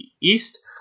East